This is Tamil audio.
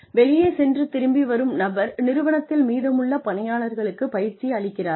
வெளியே சென்று திரும்பி வரும் நபர் நிறுவனத்தில் மீதமுள்ள பணியாளர்களுக்குப் பயிற்சி அளிக்கிறார்கள்